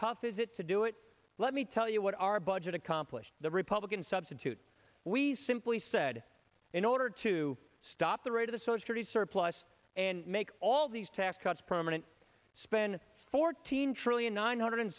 tough is it to do it let me tell you what our budget accomplished the republican substitute we simply said in order to stop the rate of the source for the surplus and make all these tax cuts permanent spend fourteen trillion nine hundred